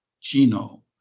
Gino